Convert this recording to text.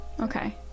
Okay